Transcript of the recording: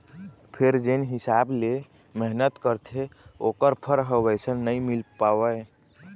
फेर जेन हिसाब ले मेहनत करथे ओखर फर ह वइसन नइ मिल पावय